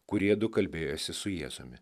kuriedu kalbėjosi su jėzumi